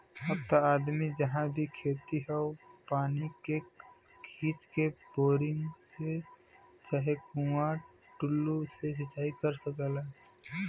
अब त आदमी जहाँ भी खेत हौ पानी के खींच के, बोरिंग से चाहे कुंआ टूल्लू से सिंचाई कर सकला